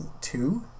two